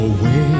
Away